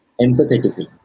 empathetically